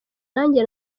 nanjye